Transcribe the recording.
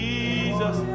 Jesus